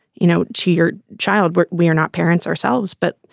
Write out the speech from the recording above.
you know, to your child, we're we're not parents ourselves, but,